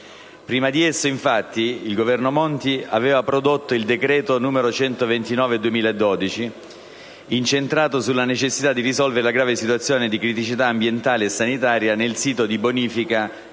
Prima di esso, infatti, il Governo Monti aveva prodotto il decreto-legge n. 129 del 2012, incentrato sulla necessità di risolvere la grave situazione di criticità ambientale e sanitaria nel sito di bonifica di